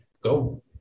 go